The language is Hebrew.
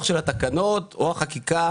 הניסוח של התקנות או החקיקה.